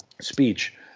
speech